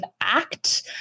act